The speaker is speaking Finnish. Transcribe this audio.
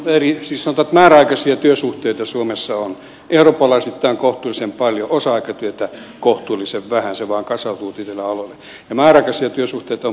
sanotaan että määräaikaisia työsuhteita suomessa on eurooppalaisittain kohtuullisen paljon osa aikatyötä kohtuullisen vähän se vain kasautuu tietyille aloille ja määräaikaisia työsuhteita on paljon julkisella sektorilla